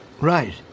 Right